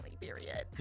period